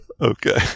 Okay